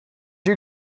you